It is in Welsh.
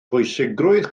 pwysigrwydd